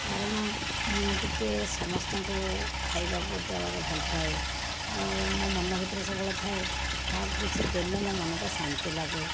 କାରଣ ମୁଁ ଟିକିଏ ସମସ୍ତଙ୍କୁ ଖାଇବାକୁ ଦେବାକୁ ଭଲ ପାଏ ଆଉ ମୋ ମନ ଭିତରେ ସବୁବେଳେ ଥାଏ କାହାକୁ କିଛି ଦେଲେ ମୋ ମନଟା ଶାନ୍ତି ଲାଗେ